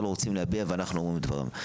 רוצים להביע ואנחנו מביאים את דברם.